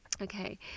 okay